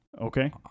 Okay